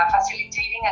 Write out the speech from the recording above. facilitating